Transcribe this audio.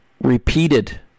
repeated